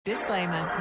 Disclaimer